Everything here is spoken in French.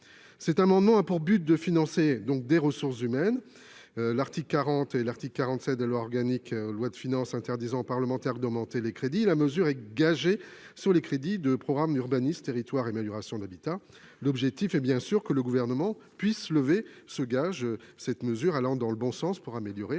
cet amendement a pour but de financer donc des ressources humaines, l'article 40 et l'article 47 de loi organique, loi de finances interdisant parlementaire d'augmenter les crédits, la mesure est gagée sur les crédits de programmes d'urbanistes territoire, amélioration de l'habitat, l'objectif est bien sûr que le gouvernement puisse lever ce gage cette mesure allant dans le bon sens pour améliorer